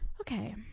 okay